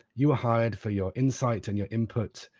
you were hired for your insight and your input,